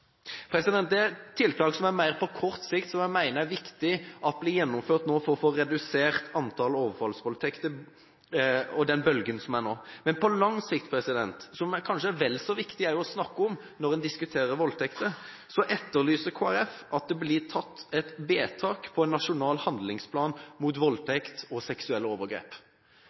Dette er tiltak som er mer på kort sikt, som jeg mener det er viktig å gjennomføre nå, for å få redusert antall overfallsvoldtekter og stoppe den bølgen som er nå. Men på lang sikt, som det kanskje er vel så viktig å snakke om når en diskuterer voldtekter, etterlyser Kristelig Folkeparti at det blir fattet et vedtak om en nasjonal handlingsplan mot voldtekt og seksuelle overgrep.